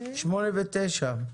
8 ו-9,